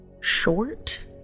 short